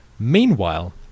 Meanwhile